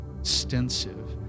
extensive